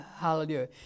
hallelujah